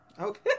Okay